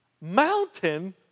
Mountain